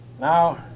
Now